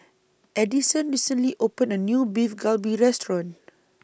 Addison recently opened A New Beef Galbi Restaurant